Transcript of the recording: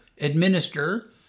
administer